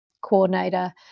coordinator